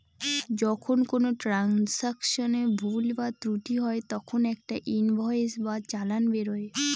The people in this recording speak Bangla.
যখন কোনো ট্রান্সাকশনে ভুল বা ত্রুটি হয় তখন একটা ইনভয়েস বা চালান বেরোয়